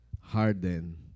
Harden